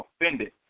offended